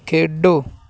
ਖੇਡੋ